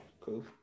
Cool